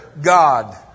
God